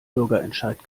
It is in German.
bürgerentscheid